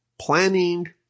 planning